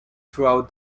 throughout